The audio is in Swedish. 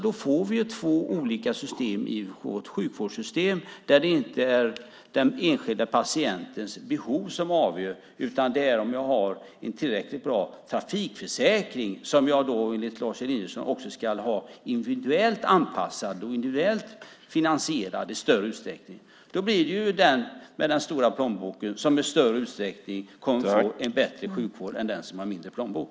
Då får vi ju två olika system i vårt sjukvårdssystem, där det inte är den enskilde patientens behov som avgör, utan det är om jag har en tillräckligt bra trafikförsäkring, som jag då enligt Lars Elinderson också ska ha individuellt anpassad och finansierad i större utsträckning. Då blir det personen med den stora plånboken som i större utsträckning kommer att få en bättre sjukvård än personen med mindre plånbok.